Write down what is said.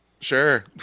Sure